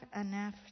enough